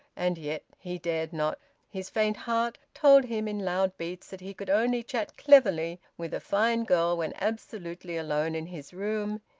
and yet he dared not his faint heart told him in loud beats that he could only chat cleverly with a fine girl when absolutely alone in his room,